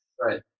Right